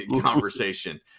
conversation